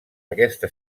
aquesta